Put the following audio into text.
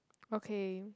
okay